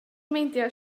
meindio